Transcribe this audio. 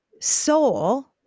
soul